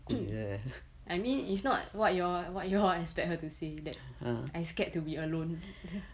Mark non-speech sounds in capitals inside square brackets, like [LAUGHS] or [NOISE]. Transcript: [NOISE] I mean if not what you all what you all expect her to say that I scared to be alone [LAUGHS]